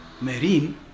Marine